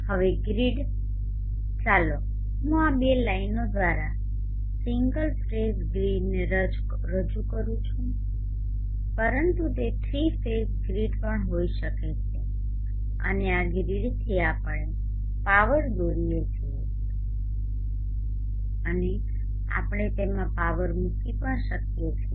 હવે ગ્રીડ ચાલો હું આ બે લાઈનો દ્વારા સિંગલ ફેઝ ગ્રીડને રજુ કરું છું પરંતુ તે થ્રી ફેઝ ગ્રીડ પણ હોઈ શકે છે અને આ ગ્રીડથી આપણે પાવર દોરીએ છીએ અને આપણે તેમાં પાવર મૂકી પણ શકીએ છીએ